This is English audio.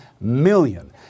million